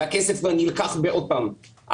והכסף גם נלקח עוד פעם,